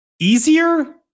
easier